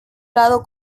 lado